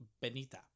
Benita